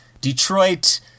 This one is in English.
detroit